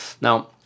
now